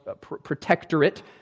protectorate